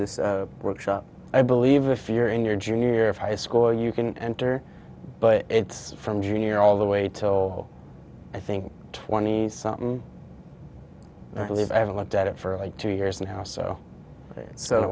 this workshop i believe the fear in your junior year of high school you can enter but it's from your all the way till i think twenty something believe i haven't looked at it for like two years now so it's been a